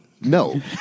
No